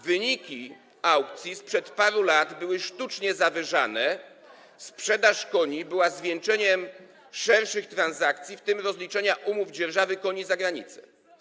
Wyniki aukcji sprzed paru lat były sztucznie zawyżane, sprzedaż koni była zwieńczeniem szerszych transakcji, w tym rozliczenia umów dzierżawy koni za granicą.